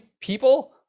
people